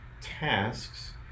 tasks